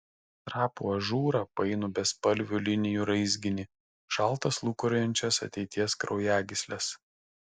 trapų ažūrą painų bespalvių linijų raizginį šaltas lūkuriuojančias ateities kraujagysles